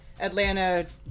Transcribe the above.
Atlanta